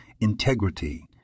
integrity